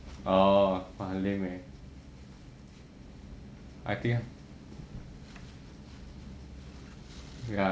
orh !wah! 很 lame leh I think